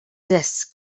disk